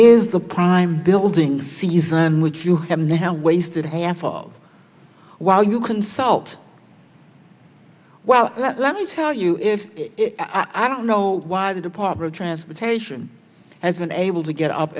is the prime building season which you have now wasted half of while you consult well let me tell you if i don't know why the department of transportation has been able to get up